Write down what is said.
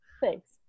Thanks